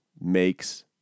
makes